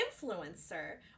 influencer